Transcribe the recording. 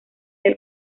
del